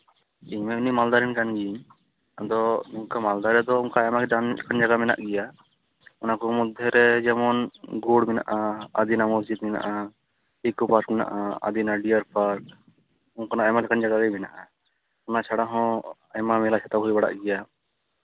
ᱤᱧ ᱢᱮᱱᱫᱟᱹᱧ ᱢᱟᱞᱫᱟ ᱨᱮᱱ ᱠᱟᱱ ᱜᱤᱭᱟᱹᱧ ᱟᱫᱚ ᱚᱱᱠᱟ ᱢᱟᱞᱫᱟ ᱨᱮᱫᱚ ᱟᱭᱢᱟ ᱜᱮ ᱫᱟᱬᱟᱱ ᱞᱮᱠᱟᱱ ᱡᱟᱭᱜᱟ ᱢᱮᱱᱟᱜ ᱜᱮᱭᱟ ᱚᱱᱟ ᱠᱚ ᱢᱚᱫᱽᱫᱷᱮ ᱨᱮ ᱡᱮᱢᱚᱱ ᱜᱳᱲ ᱢᱮᱱᱟᱜᱼᱟ ᱟᱹᱫᱤᱱᱟ ᱢᱚᱥᱡᱤᱫ ᱢᱮᱱᱟᱜᱼᱟ ᱤᱠᱳ ᱯᱟᱨᱠ ᱢᱮᱱᱟᱜᱼᱟ ᱟᱹᱫᱤᱱᱟ ᱰᱤᱭᱟᱨ ᱯᱟᱨᱠ ᱚᱱᱠᱟᱱᱟᱜ ᱟᱭᱢᱟ ᱞᱮᱠᱟᱱ ᱡᱟᱭᱜᱟ ᱜᱮ ᱢᱮᱱᱟᱜᱼᱟ ᱚᱱᱟ ᱪᱷᱟᱲᱟ ᱦᱚᱸ ᱟᱭᱢᱟ ᱢᱮᱞᱟ ᱪᱷᱟᱛᱟ ᱦᱩᱭ ᱵᱟᱲᱟᱜ ᱜᱮᱭᱟ